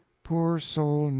poor soul,